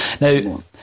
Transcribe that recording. Now